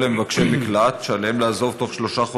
למבקשי מקלט שעליהם לעזוב בתוך שלושה חודשים,